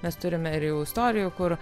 mes turime ir jau istorijų kur